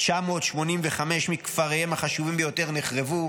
985 מכפריהם החשובים ביותר נחרבו,